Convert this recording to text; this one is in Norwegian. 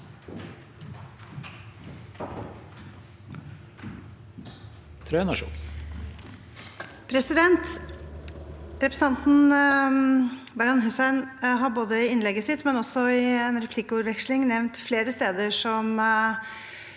Represen- tanten Marian Hussein har både i innlegget sitt og i en replikkordveksling nevnt flere steder hvor